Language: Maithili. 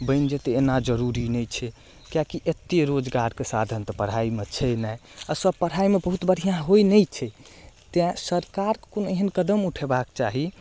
बैनि जेतै ऐना जरुरी नहि छै किएकि एते रोजगारके साधन तऽ पढ़ाइमे छै नहि आ सब पढ़ाइमे बहुत बढ़िऑं होइ नहि छै तेँ सरकारके कोनो एहन कदम उठेबाक चाही